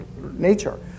nature